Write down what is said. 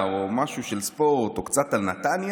או משהו של ספורט או קצת על נתניה,